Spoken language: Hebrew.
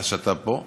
מאז שאתה פה,